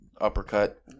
Uppercut